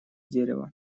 дерева